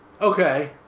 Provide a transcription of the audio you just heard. okay